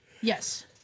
Yes